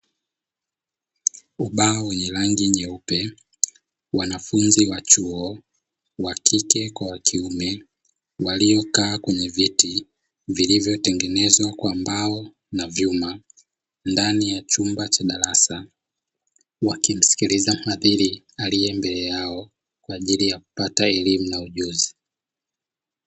Ubao wenye rangi nyeupe, wanafunzi wa chuo wakike kwa wakiume waliokaa kwenye viti vilivyotengenezwa kwa mbao na vyuma, ndani ya chumba cha darasa wakimskiliza mhadhiri alie mbele yao, kwa ajili ya kupata elimu na ujuzi.